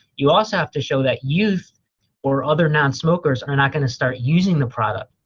you also have to show that youth or other non-smokers are not gonna start using the product.